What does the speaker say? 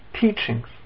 teachings